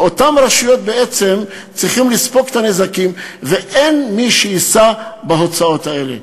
ואותן רשויות בעצם צריכות לספוג את הנזקים ואין מי שיישא בהוצאות האלה.